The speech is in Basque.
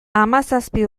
hamazazpi